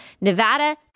Nevada